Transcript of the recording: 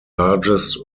largest